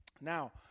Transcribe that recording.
now